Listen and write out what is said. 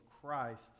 Christ